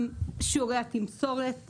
גם שיעורי התמסורת,